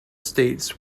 states